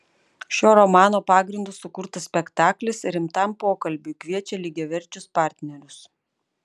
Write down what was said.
šio romano pagrindu sukurtas spektaklis rimtam pokalbiui kviečia lygiaverčius partnerius